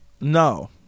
No